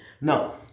Now